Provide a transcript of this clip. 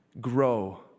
grow